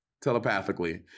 telepathically